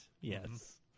Yes